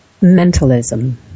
mentalism